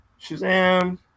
Shazam